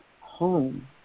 home